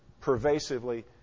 pervasively